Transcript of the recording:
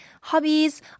hobbies